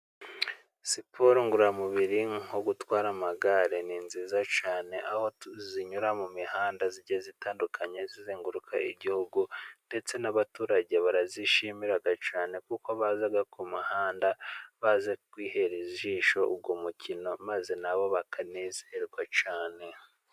Siporo ngororamubiri nko gutwara amagare ni nziza cyane, aho zinyura mu mihanda zigiye zitandukanye zizenguruka igihugu ndetse n'abaturage barazishimira cyane kuko baza ku muhanda baje kwihera ijisho uwo mukino maze nabo bakanezerwa cyane.